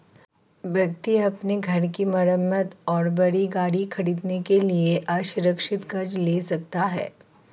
व्यक्ति अपने घर की मरम्मत और बड़ी गाड़ी खरीदने के लिए असुरक्षित कर्ज ले सकता है